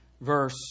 Verse